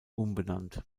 umbenannt